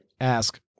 Ask